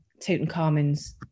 Tutankhamun's